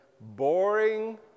boring